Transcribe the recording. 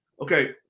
Okay